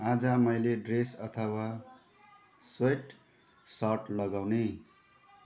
आज मैले ड्रेस अथवा स्वेट सर्ट लगाउने